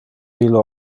mille